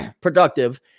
productive